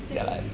对